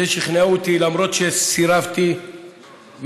את זה שכנעו אותי למרות שסירבתי והתנגדתי,